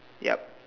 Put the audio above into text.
yup